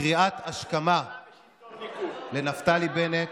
קריאת השכמה לנפתלי בנט